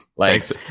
Thanks